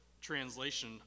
translation